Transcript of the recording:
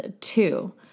two